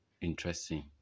interesting